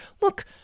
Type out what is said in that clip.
look